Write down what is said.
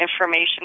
information